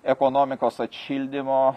ekonomikos atšildymo